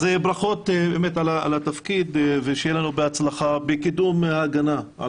אז ברכות על התפקיד ושיהיה לנו בהצלחה בקידום הגנה על